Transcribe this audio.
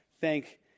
thank